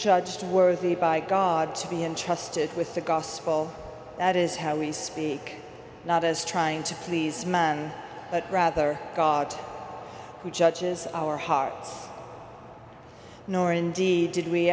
judged worthy by god to be interested with the gospel that is how we speak not as trying to please man but rather god who judges our hearts nor indeed did we